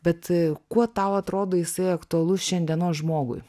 bet kuo tau atrodo jisai aktualus šiandienos žmogui